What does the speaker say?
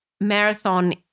marathon